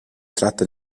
tratta